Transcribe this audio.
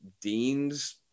Dean's